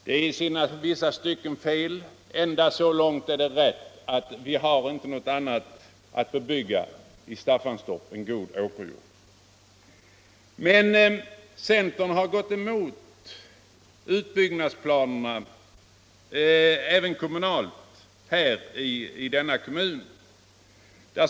Detta påstående är i vissa stycken felaktigt; endast så långt är det rätt, att vi inte har någonting annat att bebygga i Staffanstorp än god åkerjord. Men centern har gått emot de allt för aktiva utbyggnadsplanerna — även kommunalt — i den kommunen.